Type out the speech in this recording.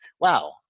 wow